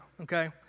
okay